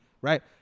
right